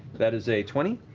that is a twenty